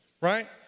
right